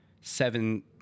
seven